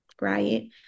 right